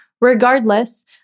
regardless